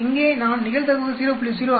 இங்கே நான் நிகழ்தகவு 0